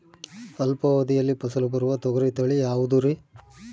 ಅಲ್ಪಾವಧಿಯಲ್ಲಿ ಫಸಲು ಬರುವ ತೊಗರಿ ತಳಿ ಯಾವುದುರಿ?